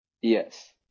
yes